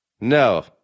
No